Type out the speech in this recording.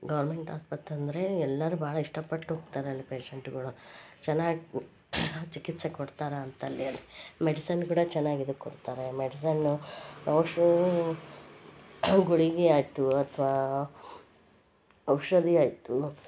government ಆಸ್ಪತ್ರೆ ಅಂದರೆ ಎಲ್ಲರು ಭಾಳ ಇಷ್ಟಪಟ್ಟು ಹೋಗ್ತಾರೆ ಅಲ್ಲಿ ಪೇಷಂಟ್ಗಳು ಚೆನ್ನಾಗ್ ಚಿಕಿತ್ಸೆ ಕೊಡ್ತಾರೆ ಅಂತಲ್ಲಿ ಮೆಡಿಸನ್ ಕೂಡಾ ಚೆನ್ನಾಗಿದು ಕೊಡ್ತಾರೆ ಮೆಡ್ಸನ್ನು ಔಷಧಿ ಗುಳಿಗೆ ಆಯಿತು ಅಥ್ವಾ ಔಷಧಿ ಆಯಿತು